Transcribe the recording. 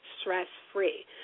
stress-free